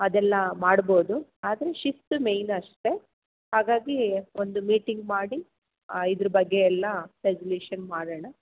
ಅದೆಲ್ಲ ಮಾಡಬೌದು ಆದರೆ ಶಿಸ್ತು ಮೇನ್ ಅಷ್ಟೇ ಹಾಗಾಗಿ ಒಂದು ಮೀಟಿಂಗ್ ಮಾಡಿ ಇದ್ರ ಬಗ್ಗೆ ಎಲ್ಲ ರೆಗಲೇಷನ್ ಮಾಡೋಣ